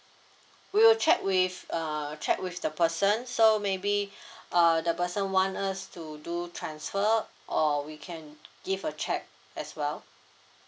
we will check with uh check with the person so maybe uh the person want us to do transfer or we can give a check as well